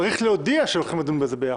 צריך להודיע שהולכים לדון בזה ביחד.